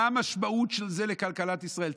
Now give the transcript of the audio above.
מה המשמעות של זה לכלכלת ישראל?